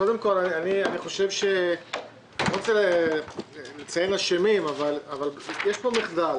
אני לא רוצה לציין אשמים אבל יש פה מחדל.